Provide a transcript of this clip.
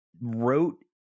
wrote